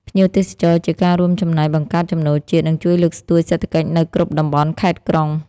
ភ្ញៀវទេសចរជាការរួមចំណែកបង្កើតចំណូលជាតិ និងជួយលើកស្ទួយសេដ្ឋកិច្ចនៅគ្រប់តំបន់ ខេត្ត ក្រុង។